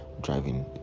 driving